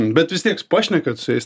bet vis tiek pašnekat su jais